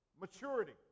maturity